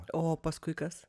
o paskui kas